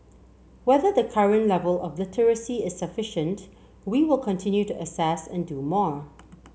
whether the current level of literacy is sufficient we will continue to assess and do more